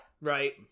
Right